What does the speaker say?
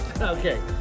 Okay